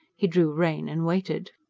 he drew rein and waited.